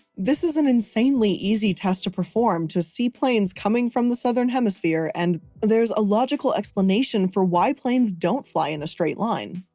this is an insanely easy test to perform to see planes coming from the southern hemisphere. and there's a logical explanation for why planes don't fly in a straight line.